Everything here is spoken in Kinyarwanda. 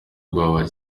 ubwoba